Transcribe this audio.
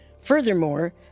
Furthermore